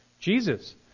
Jesus